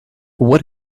what